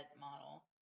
model